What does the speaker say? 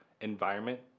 environment